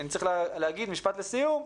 לסיום,